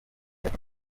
ati